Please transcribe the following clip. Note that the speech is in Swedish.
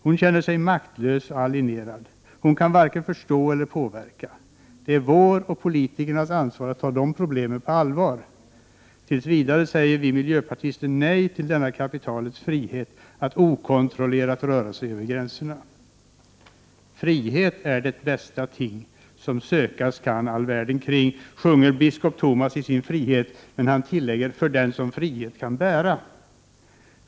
Hon känner sig maktlös och alienerad, hon kan varken förstå eller påverka. Det är vårt, politikernas, ansvar att ta dessa problem på allvar. Vi miljöpartister säger tills vidare nej till denna kapitalets frihet att okontrollerat röra sig över gränserna. Frihet är det bästa ting, som sökas kan all världen kring, sjunger biskop Thomas i sin frihetssång. Men han tillägger: den frihet väl kan bära.